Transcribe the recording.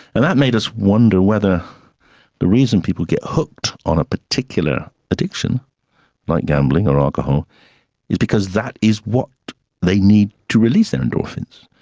and that made us wonder whether the reason people get hooked on a particular addiction like gambling or alcohol is because that is what they need to release and endorphins,